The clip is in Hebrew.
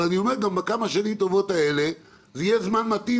אבל אני אומר שגם בכמה שנים טובות האלה יהיה זמן מתאים